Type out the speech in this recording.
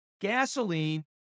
gasoline